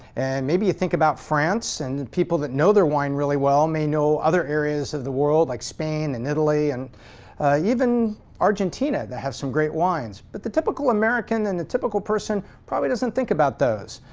and maybe you think about france. and then people that know their wine really well may know other areas of the world like spain and italy and even argentina that have some great wines. but the typical american and the typical person probably doesn't think about those.